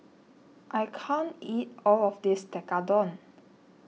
I can't eat all of this Tekkadon